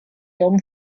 daumen